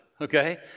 Okay